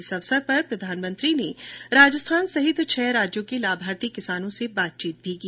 इस अवसर पर प्रधानमंत्री ने राजस्थान सहित छह राज्यों के लाभार्थी किसानों से बातचीत भी की